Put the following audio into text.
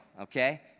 Okay